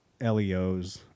LEOs